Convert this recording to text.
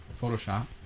Photoshop